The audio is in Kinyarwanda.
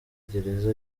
gereza